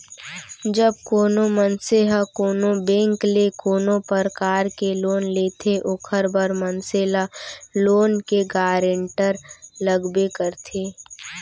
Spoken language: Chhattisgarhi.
जब कोनो मनसे ह कोनो बेंक ले कोनो परकार ले लोन लेथे ओखर बर मनसे ल लोन के गारेंटर लगबे करथे